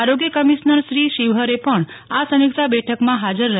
આરોગ્ય કમિશ્નર શ્રી શિવહરે પણ આ સમિક્ષા બેઠકમાં હાજર હતા